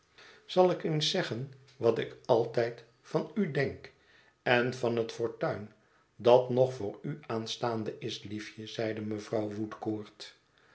zal ik eens zeggen wat ik altijd van u denk en van het fortuin dat nog voor u aanstaande is liefje zeide mevrouw